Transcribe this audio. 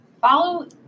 follow